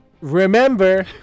Remember